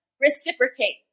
reciprocate